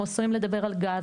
אנחנו עשויים לדבר על גז,